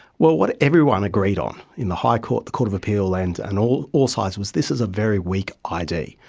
well, what everyone agreed on in the high court, the court of appeal and and all all sides was this was a very weak id,